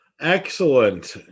Excellent